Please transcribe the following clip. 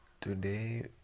Today